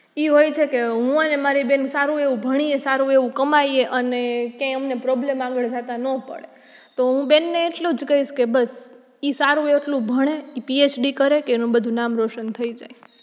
એ હોય છે કે હું અને મારી બહેન સારું એવું ભણીએ સારું એવું કમાવીએ અને ક્યાંય અમને પ્રોબ્લેમ આગળ જતા ન પડે તો હું બેનને એટલું જ કહીશ કે બસ એ સારું એટલું ભણે એ પીએચડી કરે કે એનું બધું નામ રોશન થઈ જાય